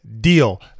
deal